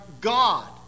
God